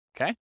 Okay